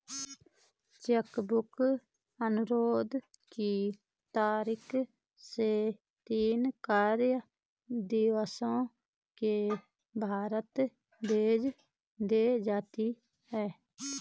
check book अनुरोध की तारीख से तीन कार्य दिवसों के भीतर भेज दी जाती है